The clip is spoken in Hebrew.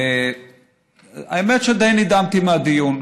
והאמת שדי נדהמתי מהדיון,